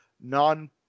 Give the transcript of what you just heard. non